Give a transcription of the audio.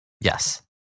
Yes